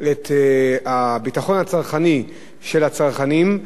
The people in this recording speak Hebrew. את הביטחון הצרכני של הצרכנים,